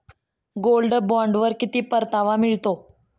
Gold बॉण्डवर किती परतावा मिळतो?